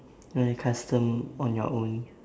ya like custom on your own